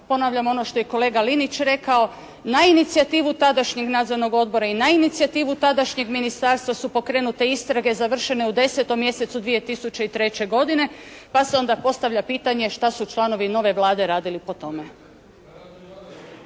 Ponavljam ono što je i kolega Linić rekao. Na inicijativu tadašnjeg nadzornog odbora i na inicijativu tadašnjeg ministarstva su pokrenute istrage završene u desetom mjesecu 2003. godine, pa se onda postavlja pitanje što su članovi nove Vlade radili po tome.